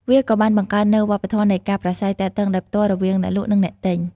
វាក៏បានបង្កើតនូវវប្បធម៌នៃការប្រាស្រ័យទាក់ទងដោយផ្ទាល់រវាងអ្នកលក់និងអ្នកទិញ។